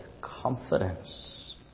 confidence